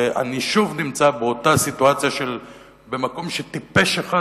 ואני שוב נמצא באותה סיטואציה שבמקום שטיפש אחד